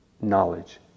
knowledge